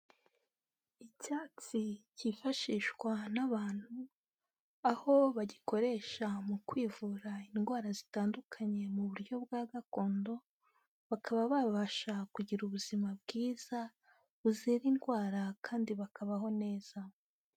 Icyatsi cyifashishwa n'abantu, aho bagikoresha mu kwivura indwara zitandukanye mu buryo bwa gakondo, bakaba babasha kugira ubuzima bwiza, buzira indwara kandi bakabaho neza.